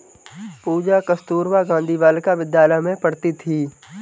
पूजा कस्तूरबा गांधी बालिका विद्यालय में पढ़ती थी